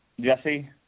Jesse